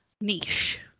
niche